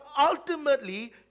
ultimately